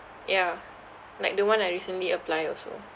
yeah like the one I recently apply also